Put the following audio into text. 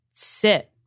Sit